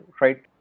right